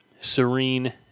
serene